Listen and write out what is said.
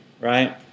right